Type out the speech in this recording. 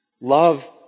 Love